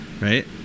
right